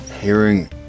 hearing